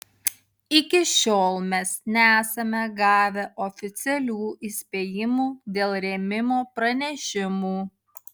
iki šiol mes nesame gavę oficialių įspėjimų dėl rėmimo pranešimų